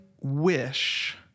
wish